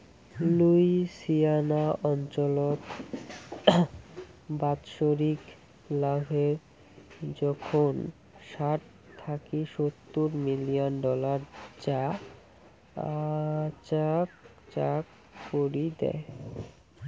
Louisiana অঞ্চলত বাৎসরিক লাভের জোখন ষাট থাকি সত্তুর মিলিয়ন ডলার যা আচাকচাক করি দ্যায়